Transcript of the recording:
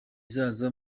zaza